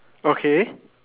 okay